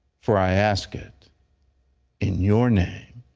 for i ask it in your name.